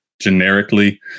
generically